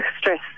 stress